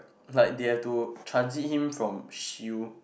like they have to transit him from shield